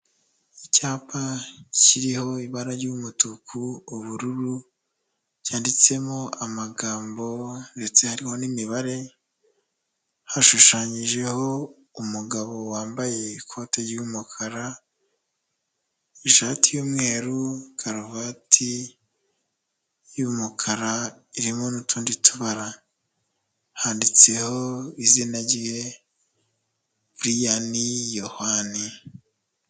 Icyapa kiriho ibara ry'umutuku, ubururu, cyanditsemo amagambo ndetse hari n'imibare, hashushanyijeho umugabo wambaye ikoti ry'umukara, ishati y'umweru karuvati y'umukara irimo n'utundi tubara. Handitseho izina ry'iwe Buriyani Yohani.